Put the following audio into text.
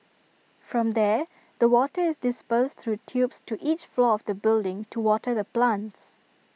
from there the water is dispersed through tubes to each floor of the building to water the plants